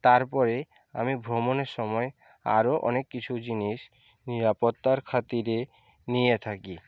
তার পরে আমি ভ্রমণের সময় আরও অনেক কিছু জিনিস নিরাপত্তার খাতিরে নিয়ে থাকি